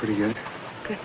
pretty good